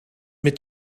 mit